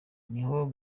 niho